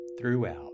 throughout